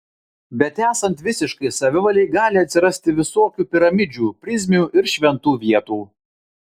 bet esant visiškai savivalei gali atsirasti visokių piramidžių prizmių ir šventų vietų